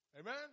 Amen